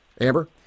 Amber